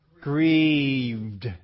grieved